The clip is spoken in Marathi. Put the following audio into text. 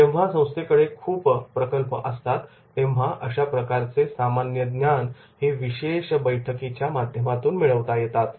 जेव्हा संस्थेकडे खूप प्रकल्प असतात तेव्हा अशा प्रकारचे सामान्य ज्ञान हे विशेष बैठकीच्या माध्यमातून मिळवता येईल